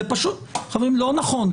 זה פשוט לא נכון.